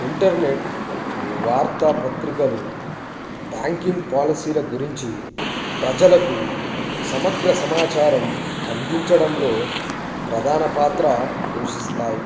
internet వార్తాపత్రికలు banking పాలసీల గురించి ప్రజలకు సమగ్ర సమాచారం అందించడంలో ప్రధాన పాత్ర పోషిస్తాయి